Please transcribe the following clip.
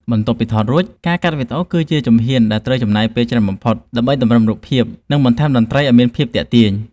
បន្ទាប់ពីថតរួច ការកាត់តវីដេអូ គឺជាជំហានដែលត្រូវចំណាយពេលច្រើនបំផុតដើម្បីតម្រឹមរូបភាព និងបន្ថែមតន្ត្រីឱ្យមានភាពទាក់ទាញ។